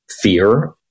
fear